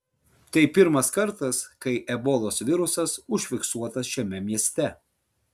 tai pirmas kartas kai ebolos virusas užfiksuotas šiame mieste